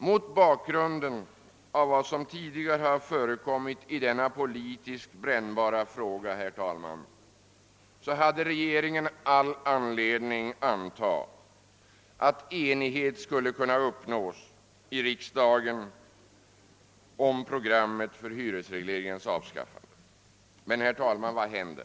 Mot bakgrunden av vad som tidigare har förekommit i denna politiskt brännbara fråga hade regeringen all anledning anta att enighet skulle kunna uppnås i riksdagen om programmet för hyresregleringens avskaffande, men vad hände?